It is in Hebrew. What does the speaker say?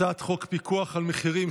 הצעת חוק פיקוח על מחירים,